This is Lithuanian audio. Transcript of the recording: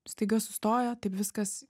staiga sustoja taip viskas